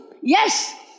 Yes